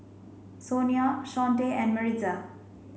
Sonia Shawnte and Maritza